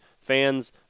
fans